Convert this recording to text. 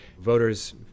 Voters